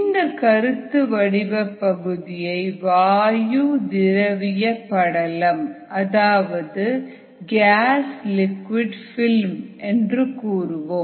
இந்த கருத்து வடிவபகுதியை வாயு திரவிய படலம் அதாவது கேஸ் லிக்விட் பிலிம் என்று கூறுவோம்